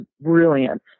brilliant